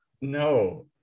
No